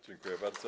Dziękuję bardzo.